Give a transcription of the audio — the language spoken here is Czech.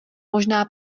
možná